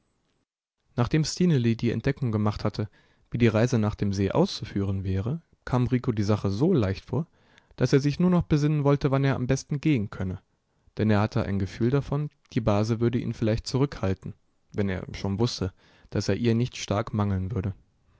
nachdem stineli die entdeckung gemacht hatte wie die reise nach dem see auszuführen wäre kam rico die sache so leicht vor daß er sich nur noch besinnen wollte wann er am besten gehen könne denn er hatte ein gefühl davon die base würde ihn vielleicht zurückhalten wenn er schon wußte daß er ihr nicht stark mangeln würde